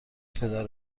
پدر